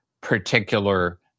particular